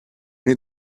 need